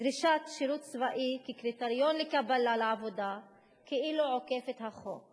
דרישת שירות צבאי כקריטריון לקבלה לעבודה כאילו עוקף את החוק.